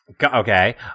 Okay